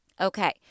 Okay